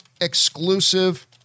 exclusive